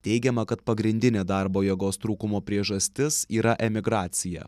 teigiama kad pagrindinė darbo jėgos trūkumo priežastis yra emigracija